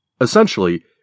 Essentially